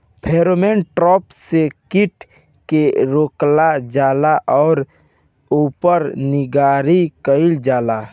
Pheromone trap से कीट के रोकल जाला और ऊपर निगरानी कइल जाला?